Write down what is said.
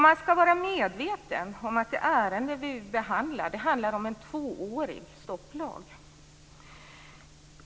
Man ska vara medveten om att det ärende vi behandlar handlar om en tvåårig stopplag.